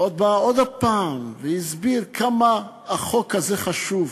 ובא עוד פעם והסביר כמה החוק הזה חשוב,